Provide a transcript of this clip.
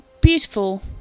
beautiful